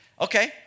Okay